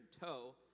toe